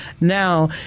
Now